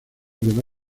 quedó